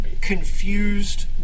confused